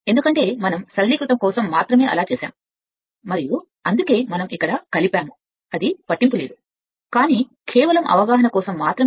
ఎందుకంటే మనం సరళీకృతం కోసం దీనిని ఇలా చేశాము మరియు అందుకే మనం ఇక్కడ కలిపాము అది పట్టింపు లేదు కానీ కేవలం అవగాహన కోసమే